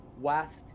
West